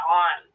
on